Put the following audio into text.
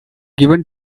given